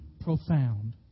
profound